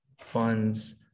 funds